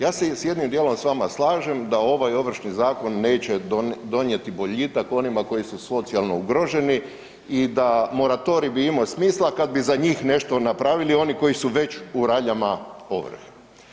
Ja se i s jednim djelom s vama slažem, da ovaj Ovršni zakon neće donijeti boljitak onima koji su socijalno ugroženi da moratorij bi imao smisla kad bi za njih nešto napravili oni koji su već u raljama ovrhe.